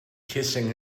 kissing